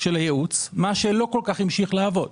של הייעוץ, מה שלא כל כך המשיך לעבוד.